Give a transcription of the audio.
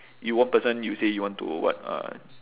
you one person you say you want to what uh